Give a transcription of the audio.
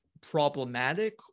problematic